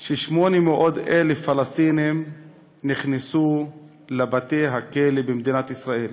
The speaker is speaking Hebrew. ש-800,000 פלסטינים נכנסו לבתי-הכלא במדינת ישראל.